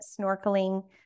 snorkeling